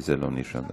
לזה לא נרשמת.